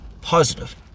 positive